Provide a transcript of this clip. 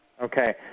Okay